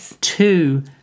two